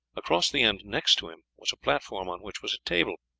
across the end next to him was a platform on which was a table.